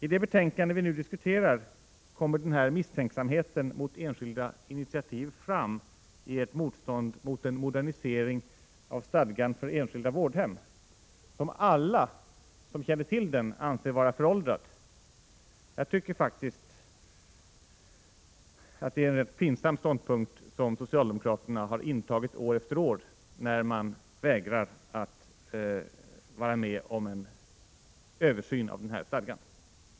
I det betänkande vi nu diskuterar kommer den här misstänksamheten mot enskilda initiativ fram i ett motstånd mot en modernisering av stadgan för enskilda vårdhem, som alla som känner till den anser vara föråldrad. Jag tycker faktiskt att det är en rätt pinsam ståndpunkt som socialdemokraterna intar år efter år när man vägrar att vara med om en översyn av den stadgan.